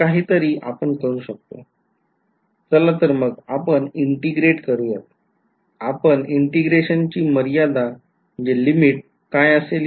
चाल तर मग आपण integrate करूयात पण integrationची मर्यादा म्हणजे काय असेल